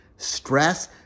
stress